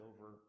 over